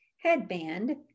headband